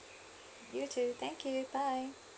you too thank you bye